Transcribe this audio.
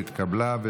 התשפ"ג 2023,